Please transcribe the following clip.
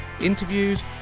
interviews